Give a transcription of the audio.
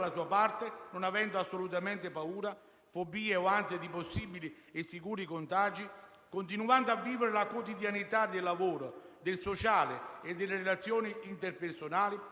è motivo di cordoglio per tutti coloro che, nell'esempio degli spiriti liberi vedono una prospettiva di riscatto dalle tare ereditarie del nostro Paese.